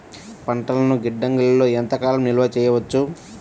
పంటలను గిడ్డంగిలలో ఎంత కాలం నిలవ చెయ్యవచ్చు?